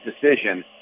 decision –